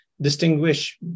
distinguish